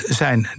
zijn